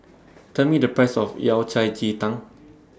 Tell Me The Price of Yao Cai Ji Tang